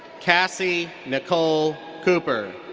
kassy nicole cooper.